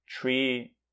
three